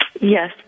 Yes